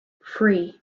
three